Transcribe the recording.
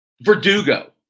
verdugo